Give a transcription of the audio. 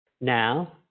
now